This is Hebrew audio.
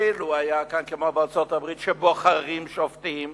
אילו היה כאן כמו בארצות-הברית, שבוחרים שופטים,